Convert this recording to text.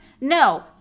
No